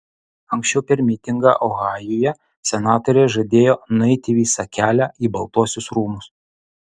anksčiau per mitingą ohajuje senatorė žadėjo nueiti visą kelią į baltuosius rūmus